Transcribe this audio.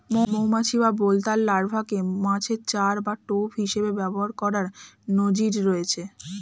মৌমাছি বা বোলতার লার্ভাকে মাছের চার বা টোপ হিসেবে ব্যবহার করার নজির রয়েছে